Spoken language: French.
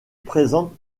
présente